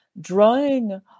drawing